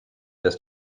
dass